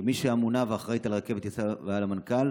כמי שאמונה, אחראית לרכבת ישראל ולמנכ"ל,